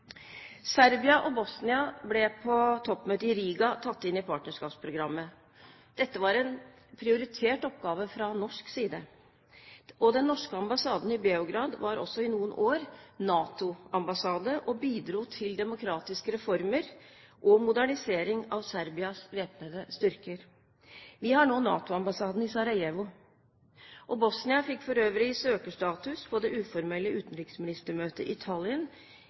Serbia og Bosnia ble på toppmøtet i Riga tatt inn i partnerskapsprogrammet. Dette var en prioritert oppgave fra norsk side. Den norske ambassaden i Beograd var også i noen år NATO-ambassade og bidro til demokratiske reformer og modernisering av Serbias væpnede styrker. Vi har nå NATO-ambassaden i Sarajevo. Bosnia fikk for øvrig søkerstatus på det uformelle utenriksministermøtet